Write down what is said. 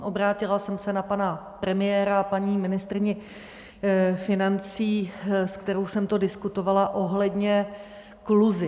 Obrátila jsem se na pana premiéra a paní ministryni financí, se kterou jsem to diskutovala, ohledně kluzišť.